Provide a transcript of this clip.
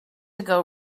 ago